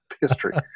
history